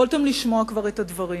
יכולתם כבר לשמוע את הדברים.